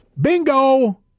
Bingo